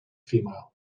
female